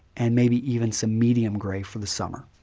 and maybe even some medium grey for the summer.